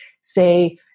say